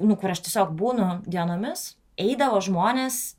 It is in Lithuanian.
nu kur aš tiesiog būnu dienomis eidavo žmonės